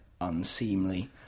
unseemly